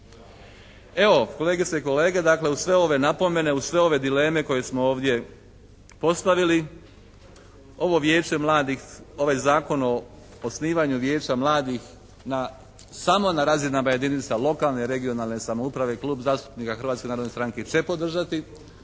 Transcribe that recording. Evo kolegice i kolege dakle uz sve ove napomene, uz sve ove dileme koje smo ovdje postavili ovo Vijeće mladih, ovaj zakon o osnivanju Vijeća mladih na, samo na razinama jedinica lokalne regionalne samouprave Klub zastupnika Hrvatske narodne stranke će podržati